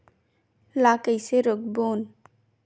ला कइसे रोक बोन?